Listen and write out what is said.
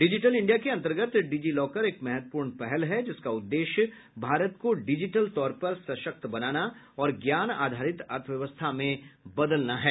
digital India के अंतर्गत DigiLocker एक महत्वपूर्ण पहल है जिसका उद्देश्य भारत को डिजिटल तौर पर सशक्त बनाना और ज्ञान आधारित अर्थव्यवस्था में बदलना है